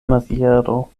maziero